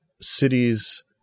cities